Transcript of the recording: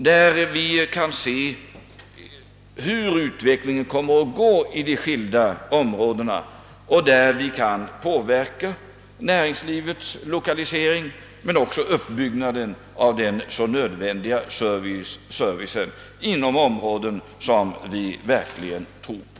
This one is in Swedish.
Där kan vi se hur utvecklingen kommer att gå i skilda områden och där kan vi påverka näringslivets lokalisering men också uppbyggnaden av den så nödvändiga servicen inom områden som vi tror på.